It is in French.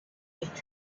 est